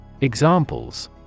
Examples